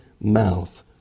mouth